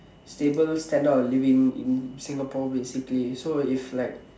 stable standard of living in Singapore basically so it's like